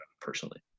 personally